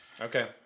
Okay